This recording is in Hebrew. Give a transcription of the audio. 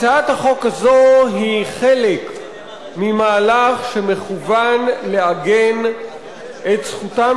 הצעת החוק הזאת היא חלק ממהלך שמכוּון לעגן את זכותם